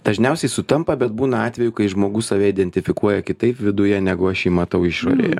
dažniausiai sutampa bet būna atvejų kai žmogus save identifikuoja kitaip viduje negu aš jį matau išorėje